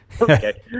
Okay